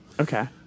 Okay